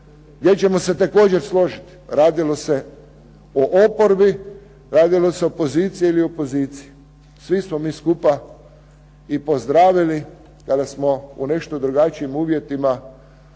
gdje ćemo se također složiti, radilo se o oporbi, radilo se o poziciji ili opoziciji, svi smo mi skupa i pozdravili kada smo u nešto drugačijim uvjetima